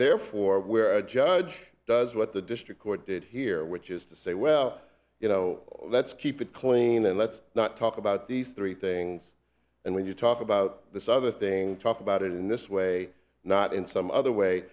therefore where a judge does what the district court did here which is to say well you know let's keep it clean and let's not talk about these three things and when you talk about this other thing talk about it in this way not in some other way